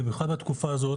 במיוחד בתקופה הזאת,